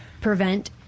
prevent